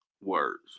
words